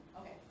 Okay